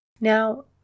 Now